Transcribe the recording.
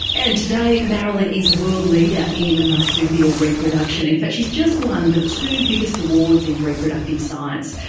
and today marilyn is a world leader in marsupial reproduction. in fact she has just won the two biggest awards in reproductive science,